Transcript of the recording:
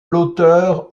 l’auteure